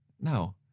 No